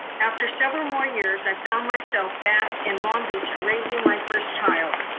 after several more years, i found myself back in long beach and raising my first child.